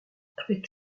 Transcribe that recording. avec